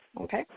Okay